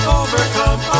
overcome